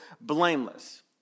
blameless